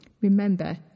Remember